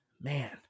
man